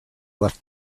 left